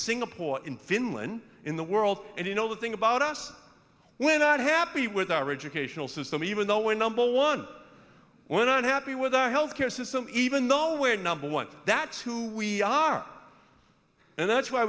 singapore in finland in the world and you know the thing about us when are happy with our educational system even though we're number one we're not happy with our health care system even though we're number one that's who we are and that's why